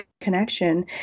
connection